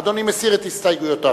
אדוני מסיר את הסתייגויותיו?